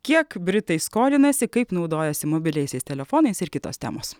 kiek britai skolinasi kaip naudojasi mobiliaisiais telefonais ir kitos temos